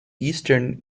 eastern